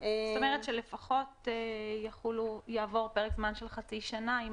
זאת אומרת שלפחות יעבור פרק זמן של חצי שנה אם